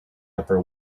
upper